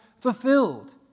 fulfilled